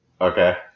Okay